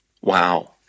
Wow